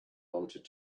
wanted